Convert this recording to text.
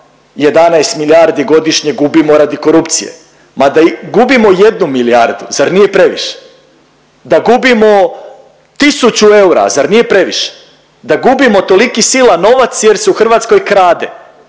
11 milijardi godišnje gubimo radi korupcije. Mada i gubimo jednu milijardu, zar nije previše? Da gubimo tisuću eura, zar nije previše? Da gubimo toliki silan novac jer se u Hrvatskoj krade,